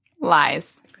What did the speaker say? Lies